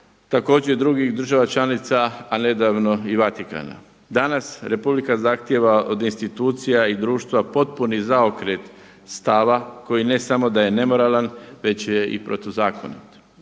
također drugih država članica a nedavno i Vatikana. Danas Republika zahtijeva od institucija i društva potpuni zaokret stava koji ne samo da je nemoralan već je i protuzakonit.